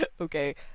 Okay